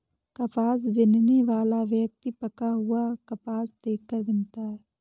कपास बीनने वाला व्यक्ति पका हुआ कपास देख कर बीनता है